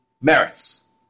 merits